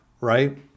right